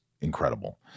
incredible